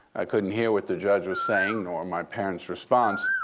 i couldn't hear what the judge was saying, nor my parents' response.